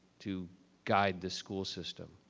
to guide the school system.